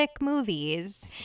movies